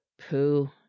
pooh